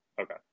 Okay